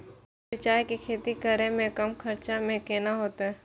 मिरचाय के खेती करे में कम खर्चा में केना होते?